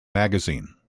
magazine